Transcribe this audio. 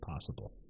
possible